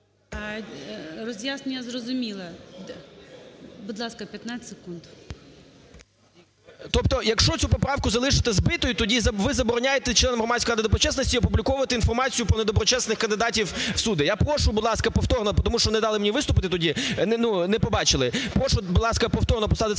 вирішувала… ГОЛОВУЮЧИЙ. Будь ласка, 15 секунд. ЛЕВЧЕНКО Ю.В. Тобто якщо цю поправку залишити збитою, тоді ви забороняєте членам Громадської ради доброчесності опубліковувати інформацію про недоброчесних кандидатів у судді. Я прошу, будь ласка, повторно, тому що не дали мені виступити тоді, ну, не побачили, прошу, будь ласка, повторно поставити